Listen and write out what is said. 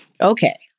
Okay